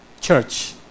church